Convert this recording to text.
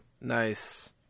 Nice